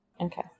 Okay